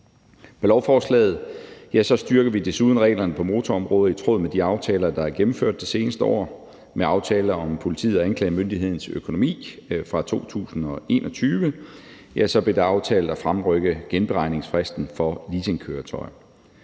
Med lovforslaget styrker vi desuden reglerne på motorområdet i tråd med de aftaler, der er gennemført det seneste år. Med aftalen om politiet og anklagemyndighedens økonomi fra 2021 blev det aftalt at fremrykke genberegningsfristen for leasingkøretøjer.